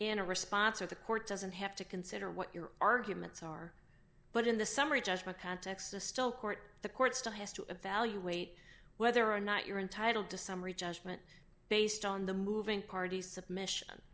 in a response or the court doesn't have to consider what your arguments are but in the summary judgment context is still court the court still has to evaluate whether or not you're entitled to summary judgment based on the moving party submission